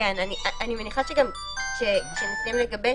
אני מניחה שמתחילים לגבש,